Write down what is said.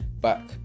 back